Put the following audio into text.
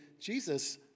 Jesus